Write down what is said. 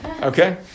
Okay